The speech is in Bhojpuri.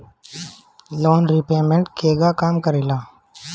लोन रीपयमेंत केगा काम करेला?